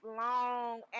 long